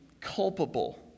culpable